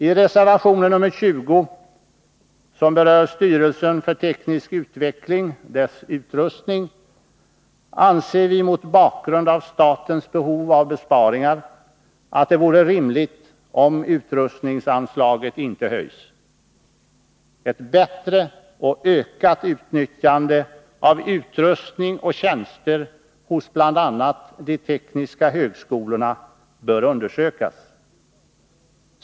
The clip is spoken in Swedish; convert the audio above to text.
I reservation nr 20 som berör Styrelsen för teknisk utveckling: Utrustning anser vi mot bakgrund av statens behov av besparingar att det vore rimligt om utrustningsanslaget inte höjs. Ett bättre och ökat utnyttjande av utrustning och tjänster hos bl.a. de tekniska högskolorna bör undersökas.